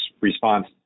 response